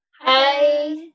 Hi